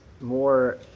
more